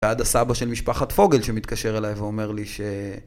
ועד הסבא של משפחת פוגל שמתקשר אליי ואומר לי ש...